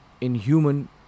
inhuman